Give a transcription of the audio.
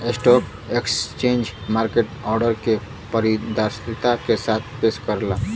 stock exchange market order के पारदर्शिता के साथ पेश करला